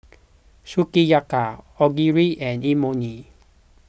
Sukiyaki Onigiri and Imoni